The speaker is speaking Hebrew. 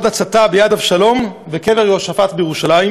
הצתה ביד אבשלום וקבר יהושפט בירושלים.